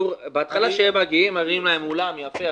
בהתחלה כשהם מגיעים מראים להם אולם יפה,